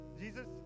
Jesus